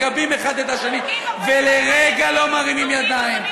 מגבים אחד את השני ולרגע לא מרימים ידיים.